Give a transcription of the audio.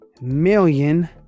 million